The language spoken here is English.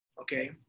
Okay